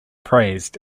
praised